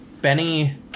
Benny